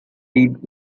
did